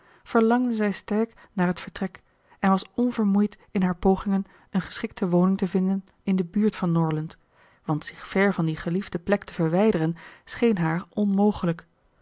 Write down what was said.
verlangde zij sterk naar het vertrek en was onvermoeid in haar pogingen een geschikte woning te vinden in de buurt van norland want zich ver van die geliefde plek te verwijderen scheen haar onmogelijk